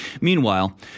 Meanwhile